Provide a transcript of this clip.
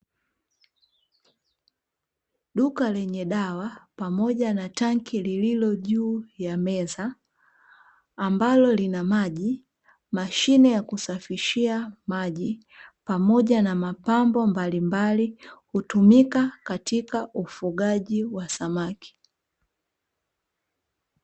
Duka lenye dawa pamoja na tanki lililo juu ya meza, ambalo lina maji, mashine ya kusafishia maji pamoja na mapambo mbalimbali; hutumika katika ufugaji wa samaki.